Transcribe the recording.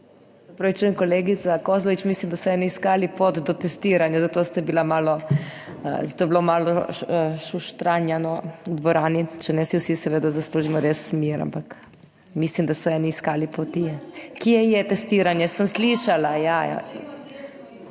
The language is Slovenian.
opravičujem, kolegica Kozlovič, mislim, da so eni iskali pot do testiranja, zato ste bila malo, zato je bilo malo šuštranja dvorani. Če ne si vsi seveda zaslužimo res mir, ampak mislim, da so eni iskali poti, kje je testiranje. Sem slišala, ja.